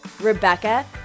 Rebecca